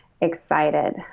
excited